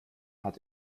hat